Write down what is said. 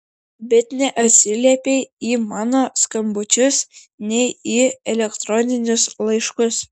bet neatsiliepei į mano skambučius nei į elektroninius laiškus